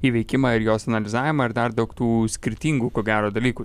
įveikimą ir jos analizavimą ar dar daug tų skirtingų ko gero dalykų